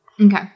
Okay